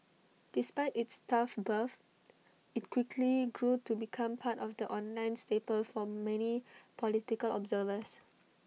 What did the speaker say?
despite its tough birth IT quickly grew to become part of the online staple for many political observers